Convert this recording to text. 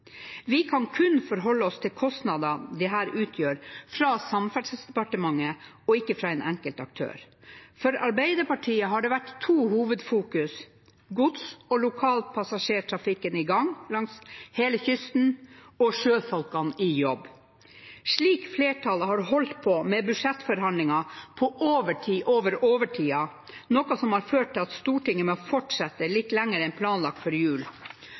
Vi kan kun forholde oss til kostnadene dette utgjør, fra Samferdselsdepartementet, og ikke fra en enkeltaktør. For Arbeiderpartiet har det vært to hovedfokus: gods- og lokalpassasjertrafikken i gang langs hele kysten og sjøfolkene i jobb. Slik flertallet har holdt på med budsjettforhandlingene på overtid av overtiden, noe som har ført til at Stortinget må fortsette litt lenger enn planlagt før jul,